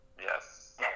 Yes